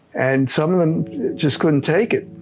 and some of them just couldn't take it.